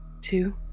two